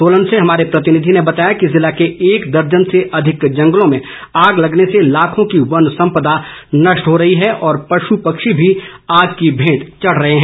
सोलन से हमारे प्रतिनिधि ने बताया है कि जिले के एक दर्जन से अधिक जंगलों में आग लगने से लाखों की वन सम्पदा नष्ट हो रही है और पश् पक्षी भी आग की भेंट चढ़ रहे हैं